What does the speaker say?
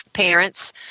Parents